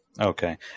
Okay